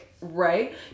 Right